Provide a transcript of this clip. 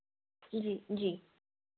जी जी